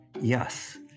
Yes